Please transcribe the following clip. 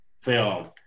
film